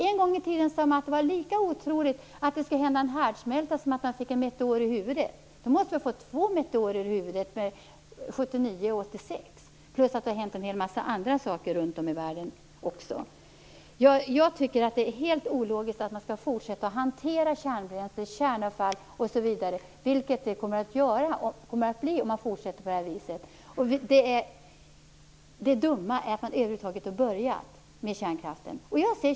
En gång i tiden sade man att det var lika otroligt att det skulle hända en härdsmälta som att få en meteor i huvudet. Nu måste man ha fått två meteorer i huvudet, 1979 och 1986, plus att en hel del andra saker hänt runt om i världen. Jag tycker att det är ologiskt att fortsätta att hantera kärnbränsle och kärnavfall på detta sätt. Men så kommer det att bli om vi fortsätter på det här viset. Det dumma är att man över huvud taget har börjat med kärnkraften.